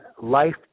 life